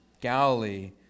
Galilee